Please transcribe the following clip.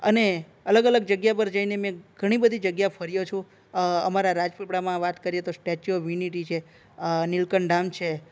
અને અલગ અલગ જગ્યા પર જઈને મેં ઘણી બધી જગ્યા ફર્યો છું અમારા રાજપીપળામાં વાત કરીએ તો સ્ટેચ્યૂ ઓફ યુનિટી છે નીલકંઠ ધામ છે